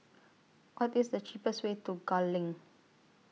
What IS The cheapest Way to Gul LINK